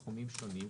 שונים,